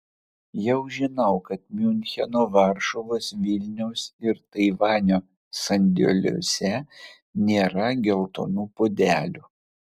jau žinau kad miuncheno varšuvos vilniaus ir taivanio sandėliuose nėra geltonų puodelių